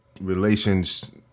relations